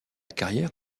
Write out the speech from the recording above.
carrière